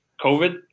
COVID